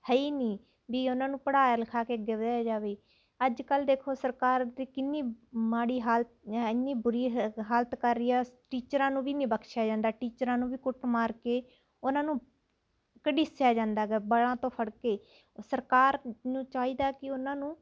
ਹੈ ਨਹੀਂ ਵੀ ਉਨ੍ਹਾਂ ਨੂੰ ਪੜ੍ਹਾਇਆ ਲਿਖਾ ਕੇ ਅੱਗੇ ਵਧਾਇਆ ਜਾਵੇ ਅੱਜ ਕੱਲ੍ਹ ਦੇਖੋ ਸਰਕਾਰ ਕਿੰਨੀ ਮਾੜੀ ਹਾਲਤ ਇੰਨੀ ਬੁਰੀ ਹਾ ਹਾਲਤ ਕਰ ਰਹੀ ਹੈ ਸ ਟੀਚਰਾਂ ਨੂੰ ਵੀ ਨਹੀਂ ਬਖਸ਼ਿਆ ਜਾਂਦਾ ਟੀਚਰਾਂ ਨੂੰ ਵੀ ਕੁੱਟ ਮਾਰ ਕੇ ਉਨ੍ਹਾਂ ਨੂੰ ਘੜੀਸਿਆ ਜਾਂਦਾ ਗਾ ਵਾਲਾਂ ਤੋਂ ਫੜ ਕੇ ਸਰਕਾਰ ਨੂੰ ਚਾਹੀਦਾ ਕੇ ਉਨ੍ਹਾਂ ਨੂੰ